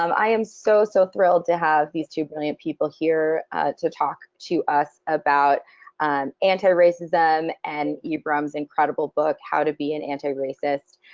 um i am so so thrilled to have these two brilliant people here to talk to us about anti-racism and ibram's incredible book how to be an anti-racist.